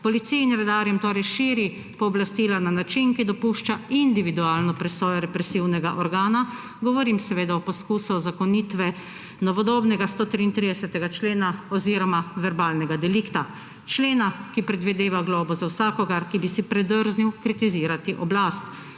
Policiji in redarjem torej širi pooblastila na način, ki dopušča individualno presojo represivnega organa. Govorim seveda o poskusu uzakonitve novodobnega 133. člena oziroma verbalnega delikta, člena, ki predvideva globo za vsakogar, ki bi si predrznil kritizirati oblast.